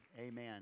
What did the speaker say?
Amen